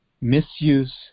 misuse